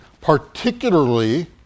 particularly